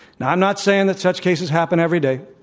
now, i'm not saying that such cases happen every day.